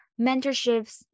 mentorships